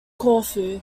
corfu